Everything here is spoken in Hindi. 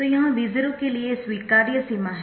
तो यह V0 के लिए स्वीकार्य सीमा है